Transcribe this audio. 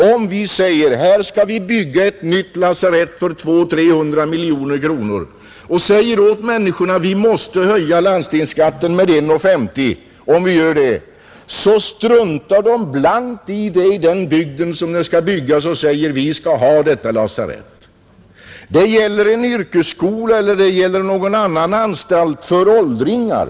Om vi säger att vi skall bygga ett nytt lasarett för 200—300 miljoner kronor och säger åt människorna att vi måste höja landstingsskatten med 1:50 om vi gör det, så struntar de blankt i den saken i den trakt där det skall byggas. Man säger: Vi skall ha detta lasarett. Det kan gälla en yrkesskola eller någon anstalt för åldringar.